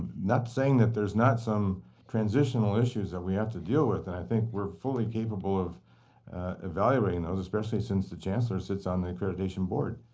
not saying that there's not some transitional issues that we have to deal with. and i think we're fully capable of evaluating, especially since the chancellor sits on the accreditation board.